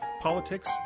politics